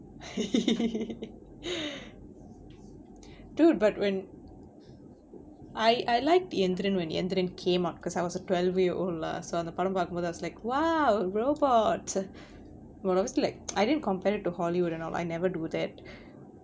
dude but when I I liked the Enthiran when the Enthiran came out cause I was a twelve year old lah so அந்த படம் பாக்கும்போது:antha padam paakumpothu I was like !wow! robot well obviously like I didn't compare it to hollywood and all I never do that